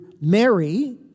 Mary